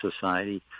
society